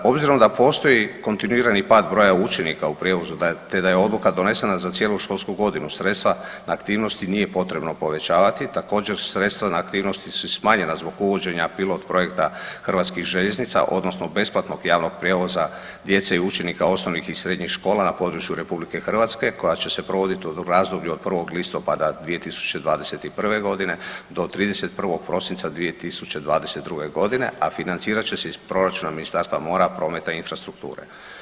Obzirom da postoji kontinuirani pad broja učenika te da je odluka donesena za cijelu školsku godinu sredstva na aktivnosti nije potrebno također sredstva na aktivnosti su smanjena zbog uvođenja pilot projekta Hrvatskih željeznica odnosno besplatnog javnog prijevoza djece i učenika osnovnih i srednjih škola na području RH koja će se provoditi u razdoblju od 1. listopada 2021. godine do 31. prosinca 2022. godine, a financirat će se iz proračuna Ministarstva, mora, prometa i infrastrukture.